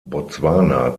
botswana